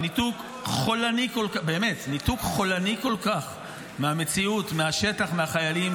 זה ניתוק חולני כל כך מהמציאות, מהשטח, מהחיילים.